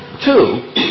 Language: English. Two